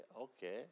Okay